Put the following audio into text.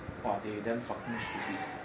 !wah! they damn fucking stupid